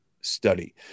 study